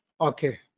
Okay